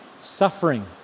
suffering